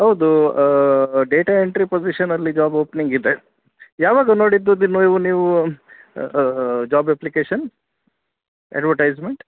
ಹೌದು data entry ಪೋಸಿಶನಲ್ಲಿ job opening ಇದೆ ಯಾವಾಗ ನೋಡಿದ್ದು ಇದನ್ನ ನೀವು ಜಾಬ್ ಅಪ್ಲಿಕೇಶನ್ ಎಡ್ವಟೈಸ್ಮೆಂಟ್